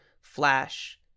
flash